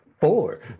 four